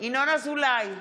ינון אזולאי,